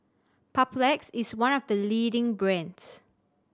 papulex is one of the leading brands